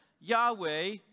Yahweh